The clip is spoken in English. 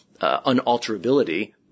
unalterability